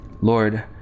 Lord